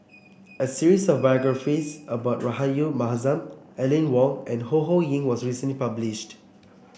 a series of biographies about Rahayu Mahzam Aline Wong and Ho Ho Ying was recently published